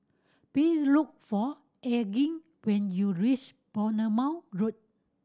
look for Elgin when you reach Bournemouth Road